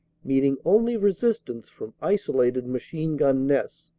meeting only resistance from isolated machine-gun nests.